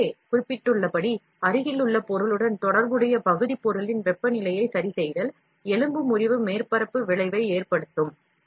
முன்பே குறிப்பிட்டுள்ளபடி அருகிலுள்ள பொருளுடன் தொடர்புடைய பகுதி பொருளின் வெப்பநிலையை சரிசெய்தல் முறிவு மேற்பரப்பு விளைவை ஏற்படுத்தும்